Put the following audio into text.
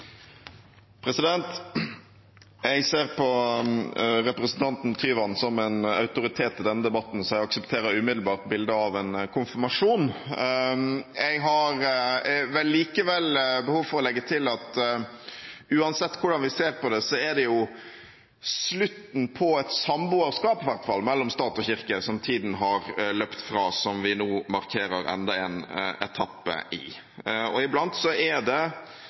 Jeg ser på representanten Tyvand som en autoritet i denne debatten, så jeg aksepterer umiddelbart bildet av en konfirmasjon. Jeg har likevel behov for å legge til at uansett hvordan vi ser på det, er det i hvert fall slutten på et samboerskap mellom stat og kirke, som tiden har løpt fra, som vi nå markerer enda en etappe av. Iblant er det